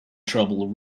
trouble